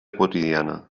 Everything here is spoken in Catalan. quotidiana